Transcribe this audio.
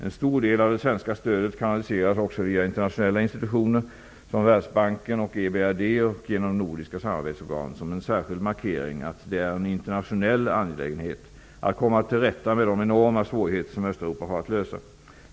En stor del av det svenska stödet kanaliseras också via internationella institutioner, såsom Världsbanken och EBRD, och genom nordiska samarbetsorgan som en särskild markering av att det är en internationell angelägenhet att komma till rätta med de enorma problem som Östeuropa har att lösa.